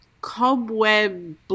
cobweb